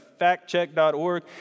factcheck.org